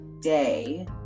day